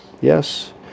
Yes